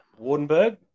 Wardenberg